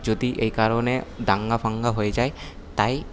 যদি এ কারণে দাঙ্গা ফাঙ্গা হয়ে যায় তাই